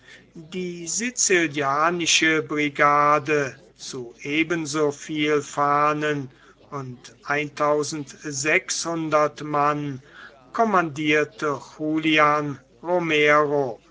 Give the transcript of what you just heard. die sicilianische brigade zu eben so viel fahnen und eintausend sechshundert mann commandierte julian